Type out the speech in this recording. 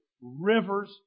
rivers